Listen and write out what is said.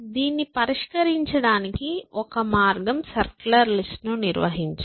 దీన్ని పరిష్కరించడానికి ఒక మార్గం సర్కులర్ లిస్ట్ను నిర్వహించడం